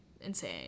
insane